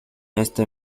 este